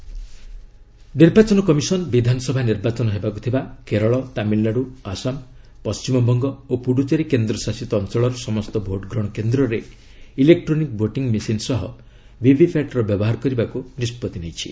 EVM VVPAT ନିର୍ବାଚନ commission ବିଧାନସଭା ନିର୍ବାଚନ ହେବାକୁ ଥିବା କେରଳ ତାମିଲନାଡୁ ଆସାମ ପଶ୍ଚିମବଙ୍ଗ ଓ ପୁଡୁଚେରୀ କେନ୍ଦ୍ରଶାସିତ ଅଞ୍ଚଳର ସମସ୍ତ ଭୋଟ୍ଗ୍ରହଣ କେନ୍ଦ୍ରରେ ଇଲେକ୍ଟ୍ରୋନିକ୍ ଭୋଟିଂ ମେସିନ୍ ସହ ଭିଭିପାଟ୍ର ବ୍ୟବହାର କରିବାକୁ ନିଷ୍ପଭି ନେଇଛି